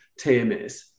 TMS